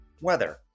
weather